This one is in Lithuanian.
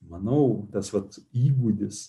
manau tas vat įgūdis